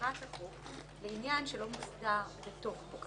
למטרת החוק לעניין שלא מוגדר בתוך החוק.